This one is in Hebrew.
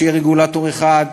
שיהיה רגולטור אחד,